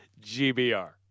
GBR